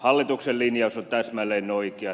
hallituksen linjaus on täsmälleen oikea